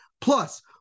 Plus